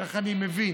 כך אני מבין.